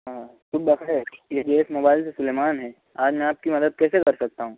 ہاں صبح بخیر اے جے ایس موبائل سے سلیمان ہیں آج میں آپ کی مدد کیسے کر سکتا ہوں